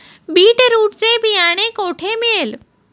Beetroot चे बियाणे कोठे मिळेल?